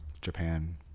Japan